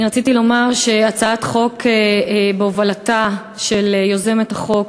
אני רציתי לומר שהצעת חוק בהובלתה של יוזמת החוק,